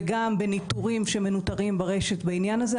וגם בניטורים שמנוטרים ברשת בעניין הזה,